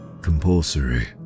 compulsory